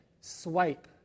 swipe